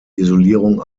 isolierung